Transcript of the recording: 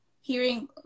Hearing